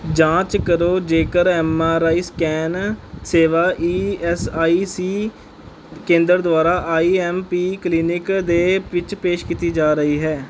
ਜਾਂਚ ਕਰੋ ਜੇਕਰ ਐਮ ਆਰ ਆਈ ਸਕੈਨ ਸੇਵਾ ਈ ਐਸ ਆਈ ਸੀ ਕੇਂਦਰ ਦੁਆਰਾ ਆਈ ਐਮ ਪੀ ਕਲੀਨਿਕ ਦੇ ਵਿੱਚ ਪੇਸ਼ ਕੀਤੀ ਜਾ ਰਹੀ ਹੈ